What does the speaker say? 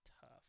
tough